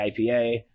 IPA